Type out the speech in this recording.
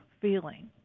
feeling